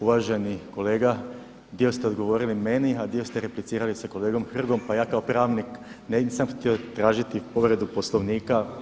Uvaženi kolega, dio ste odgovorili meni, a dio ste replicirali sa kolegom Hrgom pa ja kao pravnik nisam htio tražiti povredu Poslovnika.